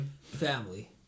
Family